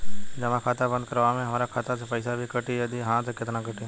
जमा खाता बंद करवावे मे हमरा खाता से पईसा भी कटी यदि हा त केतना कटी?